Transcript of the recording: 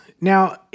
now